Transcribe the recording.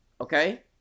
Okay